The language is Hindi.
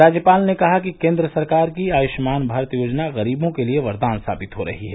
राज्यपाल ने कहा कि केन्द्र सरकार की आयुष्मान भारत योजना गरीबों के लिए वरदान साबित हो रही है